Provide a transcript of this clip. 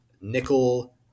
nickel